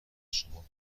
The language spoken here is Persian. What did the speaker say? شما